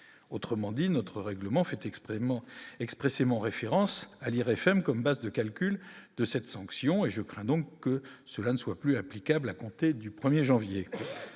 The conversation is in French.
autrement dit notre règlement fait expressément expressément référence à lire FM comme base de calcul de cette sanction et je crains donc que cela ne soit plus applicable à compter du 1er janvier